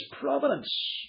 providence